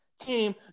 team